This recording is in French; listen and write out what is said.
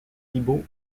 thibaut